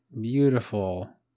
beautiful